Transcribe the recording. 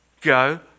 go